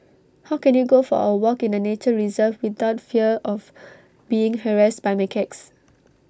how can you go for A walk in A nature reserve without fear of being harassed by macaques